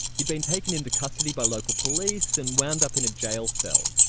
had been taken into custody by local police, and wound up in a jail cell,